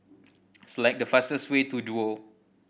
select the fastest way to Duo